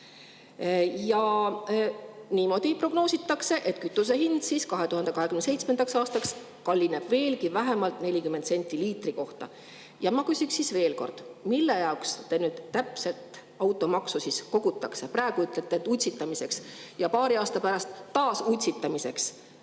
Niimoodi prognoositakse, et kütuse hind 2027. aastaks kallineb vähemalt 40 sendi [võrra] liitri kohta. Ma küsiks siis veel kord, mille jaoks täpselt automaksu siis kogutakse. Praegu te ütlete, et utsitamiseks, ja paari aasta pärast taas utsitamiseks.